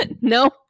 No